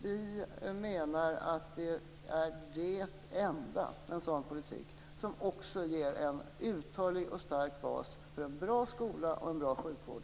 Vi menar att en sådan politik är det enda som också ger en uthållig och stark bas för en bra skola och en bra sjukvård.